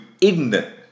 ignorant